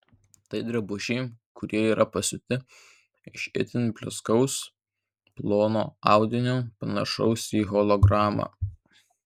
tai drabužiai kurie yra pasiūti iš itin blizgaus plono audinio panašaus į hologramą